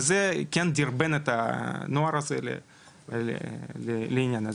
זה ידרבן את הנוער לעניין הזה.